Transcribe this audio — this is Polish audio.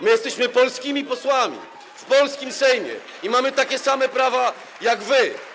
My jesteśmy polskimi posłami w polskim Sejmie i mamy takie same prawa jak wy.